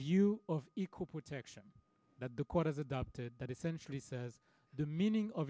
view of equal protection that the court has adopted that essentially says the meaning o